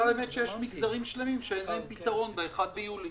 שיש מגזרים שלמים שאין להם פתרון ב-1 ביולי.